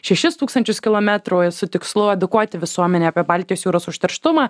šešis tūkstančius kilometrų su tikslu edukuoti visuomenę apie baltijos jūros užterštumą